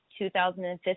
2015